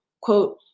quote